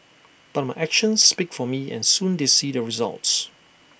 but my actions speak for me and soon they see the results